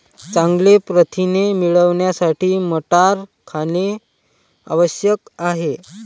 चांगले प्रथिने मिळवण्यासाठी मटार खाणे आवश्यक आहे